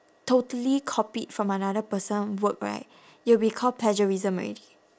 totally copied from another person work right it'll be called plagiarism already